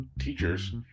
teachers